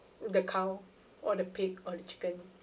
the cow or the pig or the chicken